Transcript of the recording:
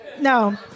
No